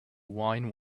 wine